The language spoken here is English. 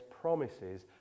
promises